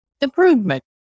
improvement